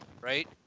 right